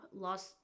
lost